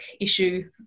issue